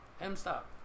M-stop